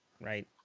right